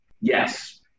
Yes